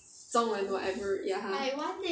中文 whatever ya !huh!